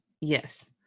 Yes